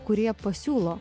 kurie pasiūlo